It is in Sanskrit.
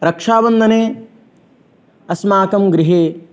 रक्षाबन्धने अस्माकं गृहे